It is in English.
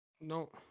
no